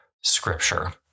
scripture